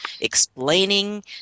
explaining